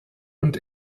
und